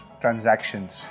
transactions